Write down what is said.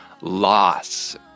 loss